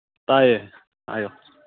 ꯇꯥꯏꯌꯦ ꯍꯥꯏꯌꯣ